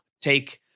take